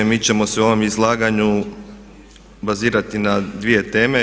Mi ćemo se u ovom izlaganju bazirati na dvije teme.